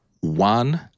one